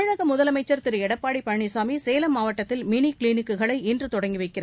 தமிழக முதலமைச்சர் திரு எடப்பாடி பழனிசாமி சேலம் மாவட்டத்தில் மினி கிளினிக்குகளை இன்று தொடங்கி வைக்கிறார்